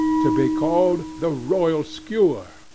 to be called the royal skewer,